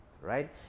right